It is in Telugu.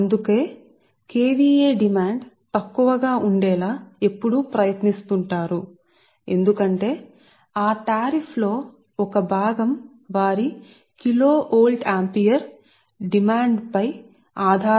అందువల్ల KVA డిమాండ్ తక్కువగా ఉందని వారు ఎల్లప్పుడూ చూడడానికి ప్రయత్నిస్తారు ఎందుకంటే ఆ సుంకం లో ఒక భాగం వారి కిలో వోల్ట్ ఆంపియర్ లేదా KVA డిమాండ్ పై ఆధారపడి ఉంటుంది